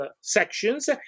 sections